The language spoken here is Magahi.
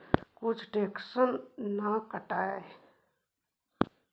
कुछ टैक्स ना न कटतइ?